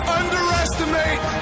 underestimate